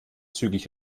zügig